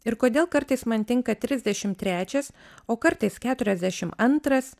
ir kodėl kartais man tinka trisdešimt trečias o kartais keturiasdešimt antras